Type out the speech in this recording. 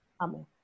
Amen